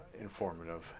informative